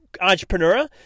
entrepreneur